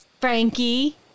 Frankie